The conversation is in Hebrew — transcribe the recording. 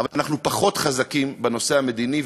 אבל אנחנו פחות חזקים בנושא המדיני,